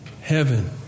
Heaven